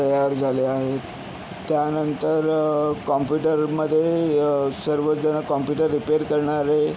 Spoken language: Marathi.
तयार झाले आहेत त्यानंतर कॉम्प्युटरमधे सर्वजण कॉम्प्युटर रिपेअर करणारे